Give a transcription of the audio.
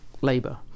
Labour